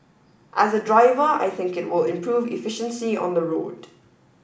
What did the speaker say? as a driver I think it will improve efficiency on the road